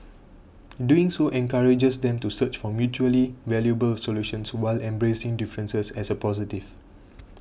doing so encourages them to search for mutually valuable solutions while embracing differences as a positive